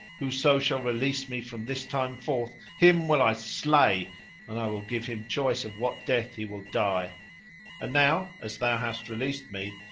whoso shall release me from this time forth, him will i slay and i will give him choice of what death he will die and now, as thou hast released me,